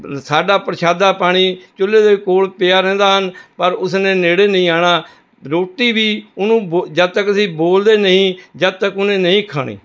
ਸਾਡਾ ਪ੍ਰਸ਼ਾਦਾ ਪਾਣੀ ਚੁੱਲ੍ਹੇ ਦੇ ਕੋਲ ਪਿਆ ਰਹਿੰਦਾ ਹਨ ਪਰ ਉਸ ਨੇ ਨੇੜੇ ਨਹੀਂ ਆਉਣਾ ਰੋਟੀ ਵੀ ਉਹਨੂੰ ਬ ਜਦ ਤੱਕ ਅਸੀਂ ਬੋਲਦੇ ਨਈਂ ਜਦ ਤੱਕ ਉਹਨੇ ਨਹੀਂ ਖਾਣੀ